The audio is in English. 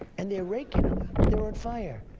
and they're raking them. they're on fire.